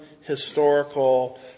historical